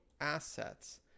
assets